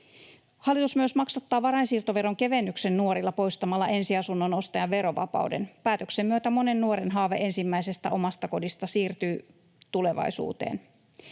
Hallitus myös maksattaa varainsiirtoveron kevennyksen nuorilla poistamalla ensiasunnon ostajan verovapauden. Päätöksen myötä monen nuoren haave ensimmäisestä omasta kodista siirtyy tulevaisuuteen.